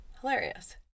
hilarious